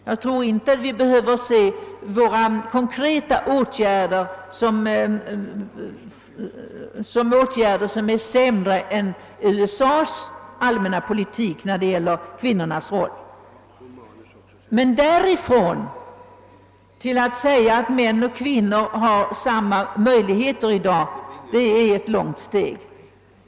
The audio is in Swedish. Jag tror inte, att vi behöver se våra konkreta åtgärder såsom sämre än dem USA har vidtagit i sin allmänna politik, när det gäller kvinnornas roll. Men därifrån till att säga att män och kvinnor har samma möjligheter i dag är ett långt steg.